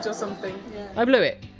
so something i blew it.